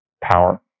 power